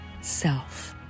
self